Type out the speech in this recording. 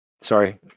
Sorry